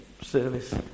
service